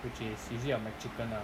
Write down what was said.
which is usually their mcchicken lah